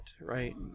right